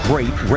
Great